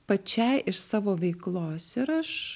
pačiai iš savo veiklos ir aš